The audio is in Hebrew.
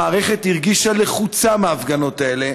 המערכת הרגישה לחוצה מההפגנות האלה,